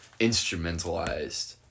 instrumentalized